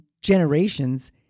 generations